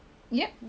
ya